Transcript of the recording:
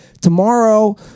tomorrow